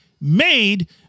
made